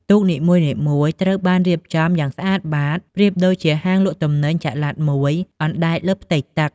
ទូកនីមួយៗត្រូវបានរៀបចំយ៉ាងស្អាតបាត ប្រៀបដូចជាហាងលក់ទំនិញចល័តមួយអណ្ដែតលើផ្ទៃទឹក។